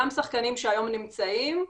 גם שחקנים שהיום נמצאים,